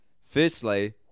Firstly